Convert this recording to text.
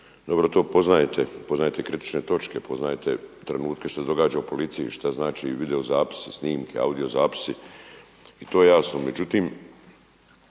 dobro to poznajete, poznajete kritične točke, poznajete trenutke što se događa u policiji, šta znači vidozapis, snimke, audio zapisi i to je jasno.